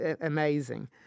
amazing